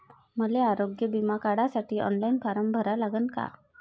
मले आरोग्य बिमा काढासाठी ऑनलाईन फारम भरा लागन का?